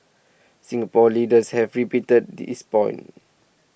Singapore leaders have repeated this point